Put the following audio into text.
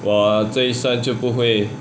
我这一生就不会